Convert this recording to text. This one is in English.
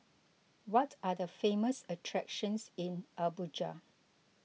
what are the famous attractions in Abuja